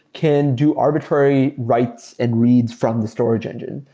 can do arbitrary writes and reads from the storage engine.